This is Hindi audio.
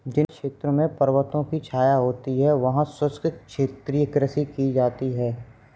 जिन क्षेत्रों में पर्वतों की छाया होती है वहां शुष्क क्षेत्रीय कृषि की जाती है